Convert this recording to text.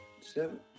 seven